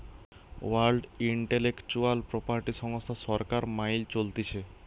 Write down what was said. world intellectual property সংস্থা সরকার মাইল চলতিছে